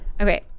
Okay